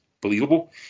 believable